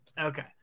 Okay